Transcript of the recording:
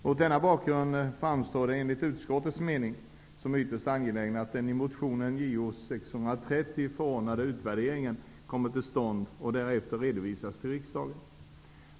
Mot denna bakgrund framstår det enligt utskottets mening som ytterst angeläget att den i motion Jo630 förordade utvärderingen kommer till stånd och därefter redovisas till riksdagen.